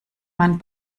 man